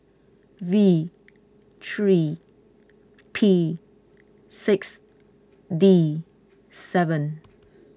V three P six D seven